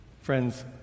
Friends